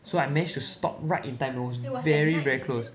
so I managed to stop right in time it was very very close